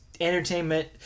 entertainment